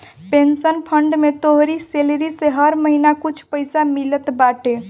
pension fund में तोहरी salary से हर महिना कुछ पईसा मिलत बाटे